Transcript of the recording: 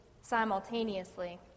simultaneously